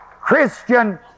Christian